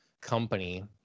company